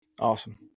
Awesome